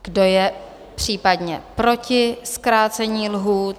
Kdo je případně proti zkrácení lhůt?